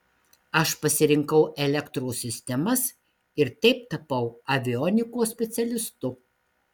aš pasirinkau elektros sistemas ir taip tapau avionikos specialistu